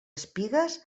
espigues